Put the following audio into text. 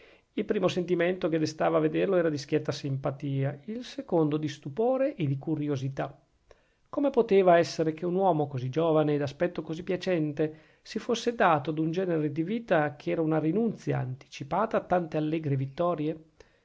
il primo sentimento che destava a vederlo era di schietta simpatia il secondo di stupore e di curiosità come poteva essere che un uomo così giovane e d'aspetto così piacente si fosse dato ad un genere di vita che era una rinunzia anticipata a tante allegre vittorie